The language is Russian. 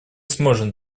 сможем